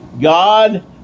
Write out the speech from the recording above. God